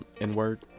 n-word